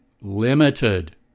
limited